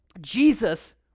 Jesus